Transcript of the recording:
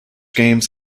games